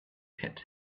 pit